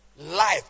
Life